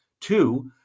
two